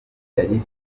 yari